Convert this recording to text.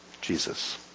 Jesus